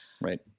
Right